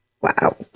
Wow